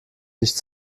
nicht